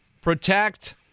Protect